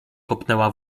kopnęła